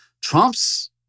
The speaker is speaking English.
Trump's